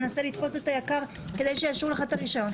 מנסה לתפוס את היק"ר כדי שיאשרו לך את הרישיון,